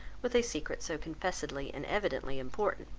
with a secret so confessedly and evidently important.